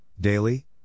daily